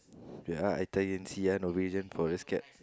wait ah I type in and see ah norwegian forest cat